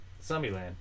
Zombieland